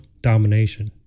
domination